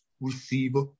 receiver